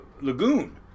lagoon